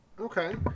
Okay